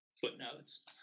footnotes